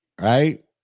right